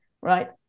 right